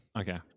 okay